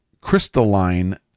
crystalline